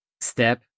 step